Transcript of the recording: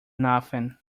nothing